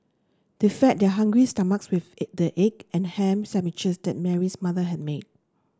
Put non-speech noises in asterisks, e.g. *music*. they fed their hungry stomachs with *unintelligible* the egg and ham sandwiches that Mary's mother had made